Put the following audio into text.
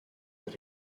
that